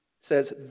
says